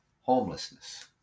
homelessness